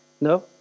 No